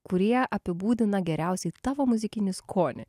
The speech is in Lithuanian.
kurie apibūdina geriausiai tavo muzikinį skonį